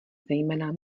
zejména